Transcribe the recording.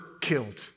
killed